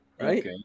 right